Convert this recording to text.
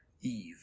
Eve